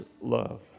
love